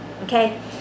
Okay